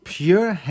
pure